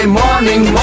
morning